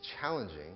challenging